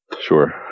sure